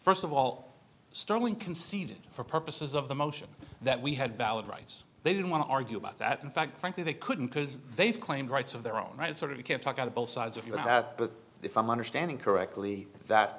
first of all sterling conceded for purposes of the motion that we had valid rights they didn't want to argue about that in fact frankly they couldn't because they've claimed rights of their own right sort of you can't talk out of both sides of your hat but if i'm understanding correctly that